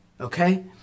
Okay